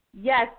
Yes